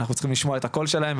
אנחנו צריכים לשמוע את הקול שלהם,